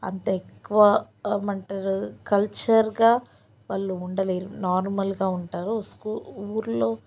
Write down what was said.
అంత ఎక్కువ ఏమి అంటారు కల్చర్గా వాళ్ళు ఉండలేరు నార్మల్గా ఉంటారు ఉ ఊళ్ళో